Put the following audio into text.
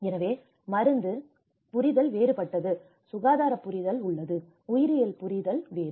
எனவே மருந்து புரிதல் வேறுபட்டது சுகாதார புரிதல் உள்ளது உயிரியல் புரிதல் வேறு